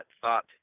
thought